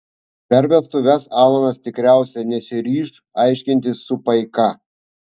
per vestuves alanas tikriausiai nesiryš aiškintis su paika